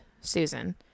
Susan